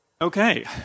Okay